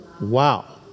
Wow